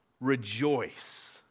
rejoice